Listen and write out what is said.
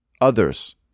others